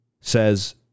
says